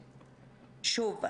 שוב,